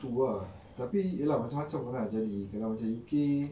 tu ah tapi ya lah macam macam ah jadi kalau macam U_K